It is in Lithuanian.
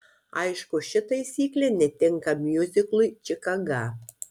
aišku ši taisyklė netinka miuziklui čikaga